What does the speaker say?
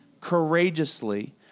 courageously